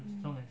mm